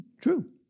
True